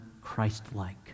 Christ-like